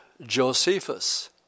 Josephus